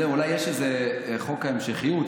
אולי יש איזה חוק ההמשכיות,